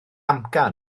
amcan